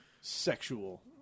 sexual